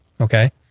Okay